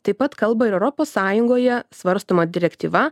taip pat kalba ir europos sąjungoje svarstoma direktyva